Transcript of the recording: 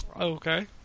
Okay